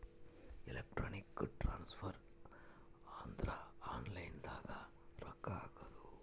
electronic transfer ಅಂದ್ರ online ದಾಗ ರೊಕ್ಕ ಹಾಕೋದು